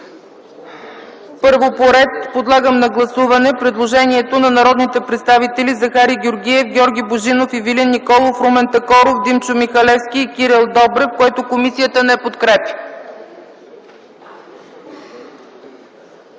Първо подлагам на гласуване предложението на народните представители Захари Георгиев, Георги Божинов, Ивелин Николов, Румен Такоров, Димчо Михалевски и Кирил Добрев, което комисията не подкрепя.